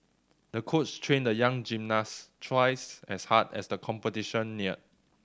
the coach trained the young gymnast twice as hard as the competition neared